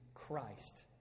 Christ